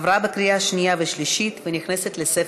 נתקבל.